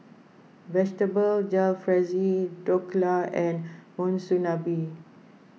Vegetable Jalfrezi Dhokla and Monsunabe